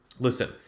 Listen